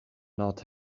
not